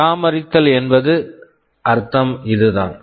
பராமரித்தல் என்பதன் அர்த்தம் இதுதான்